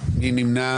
מי נמנע?